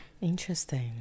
Interesting